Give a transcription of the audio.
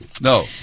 No